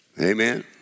Amen